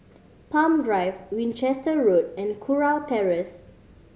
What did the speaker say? Palm Drive Winchester Road and Kurau Terrace